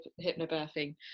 hypnobirthing